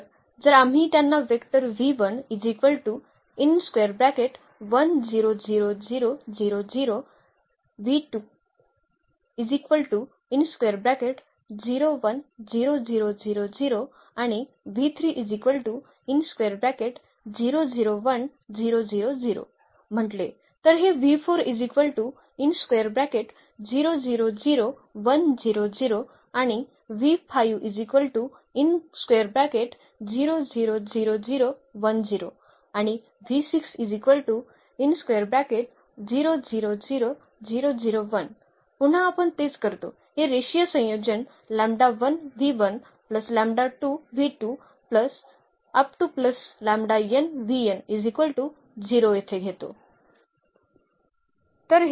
तर जर आम्ही त्यांना वेक्टर आणि म्हटले तर हे आणि आणि पुन्हा आपण तेच करतो हे रेषीय संयोजन येथे घेतो